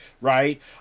right